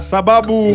Sababu